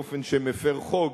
באופן שמפר חוק,